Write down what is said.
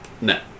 No